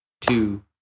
two